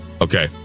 Okay